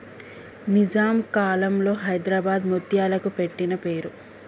నిజాం కాలంలో హైదరాబాద్ ముత్యాలకి పెట్టిన పేరు